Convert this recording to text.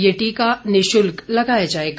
ये टीका निशुल्क लगाया जाएगा